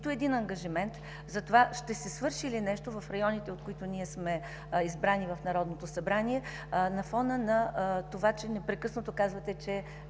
един ангажимент, ще се свърши ли нещо в районите, от които ние сме избрани в Народното събрание, на фона на това, че непрекъснато казвате, че